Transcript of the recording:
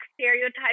stereotypes